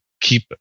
keep